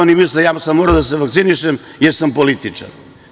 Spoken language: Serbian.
Oni misle da sam morao da se vakcinišem jer sam političar.